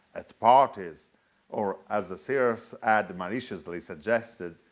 at parties or, as a sears ad maliciously suggested,